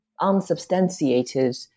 unsubstantiated